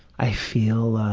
i feel